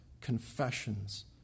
confessions